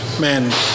Man